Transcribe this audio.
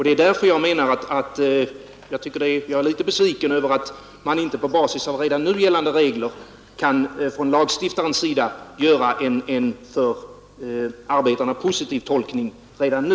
Det är därför jag är litet besviken över att man inte från lagstiftarens sida på basis av gällande regler kan göra en för arbetarna positiv tolkning redan nu.